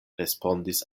respondis